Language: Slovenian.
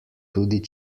tudi